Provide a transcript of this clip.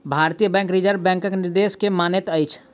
भारतीय bank reserve बैंकक निर्देश के मानैत अछि